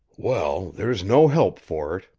well, there's no help for it,